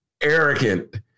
arrogant